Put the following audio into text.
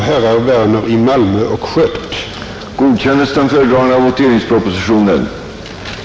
Herr talman!